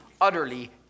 utterly